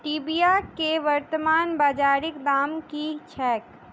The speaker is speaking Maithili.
स्टीबिया केँ वर्तमान बाजारीक दाम की छैक?